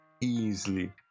Easily